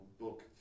book